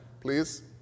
please